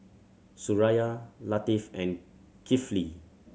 Suraya Latif and Kifli